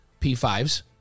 P5s